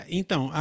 então